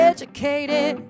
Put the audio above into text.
Educated